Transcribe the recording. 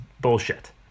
bullshit